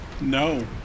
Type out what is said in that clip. No